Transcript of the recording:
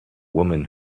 woman